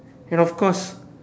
and of course